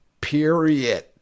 period